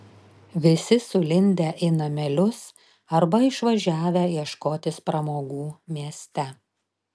visi sulindę į namelius arba išvažiavę ieškotis pramogų mieste